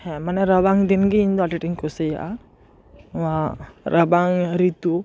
ᱦᱮᱸ ᱢᱟᱱᱮ ᱨᱟᱵᱟᱝ ᱫᱤᱱ ᱜᱮ ᱤᱧ ᱫᱚ ᱟᱹᱰᱤ ᱟᱸᱴᱤᱧ ᱠᱩᱥᱤᱭᱟᱜᱼᱟ ᱱᱚᱣᱟ ᱨᱟᱵᱟᱝ ᱨᱤᱛᱩ